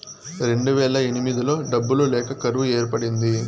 రెండువేల ఎనిమిదిలో డబ్బులు లేక కరువు ఏర్పడింది